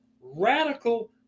radical